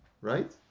right